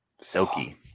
silky